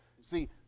see